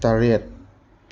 ꯇꯔꯦꯠ